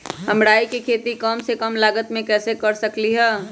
हम राई के खेती कम से कम लागत में कैसे कर सकली ह?